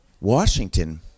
Washington